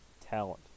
talent